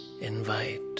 invite